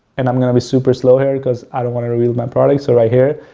and i'm going to be super slow here because i don't want to reveal my product. so, right here,